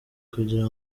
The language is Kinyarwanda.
kugira